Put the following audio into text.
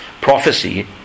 prophecy